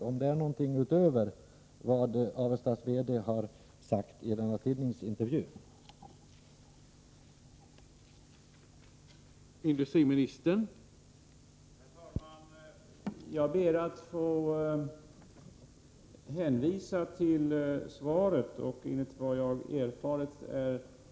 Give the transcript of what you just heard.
Har något annat yttrats utöver det som Nya Avestas VD har sagt i den intervju i Dagens Industri som jag nyss citerat ur?